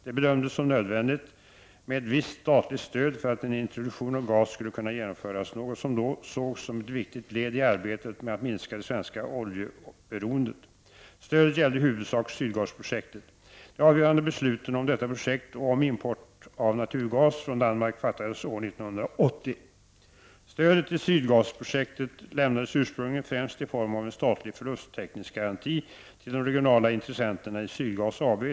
Det bedömdes som nödvändigt med ett visst statligt stöd för att en introduktion av gas skulle kunna genomföras, något som då sågs som ett viktigt led i arbetet med att minska det svenska oljeberoendet. Stödet gällde i huvudsak Sydgasprojektet. De avgörande besluten om detta projekt och om import av naturgas från Danmark fattades år 1980. Stödet till Sydgasprojektet lämnades ursprungligen främst i form av en statlig förlusttäckningsgaranti till de regionala intressenterna i Sydgas AB.